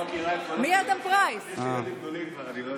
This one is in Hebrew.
יש לי כבר ילדים גדולים, אני לא יודע.